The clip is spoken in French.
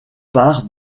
part